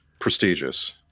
prestigious